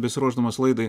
besiruošdamas laidai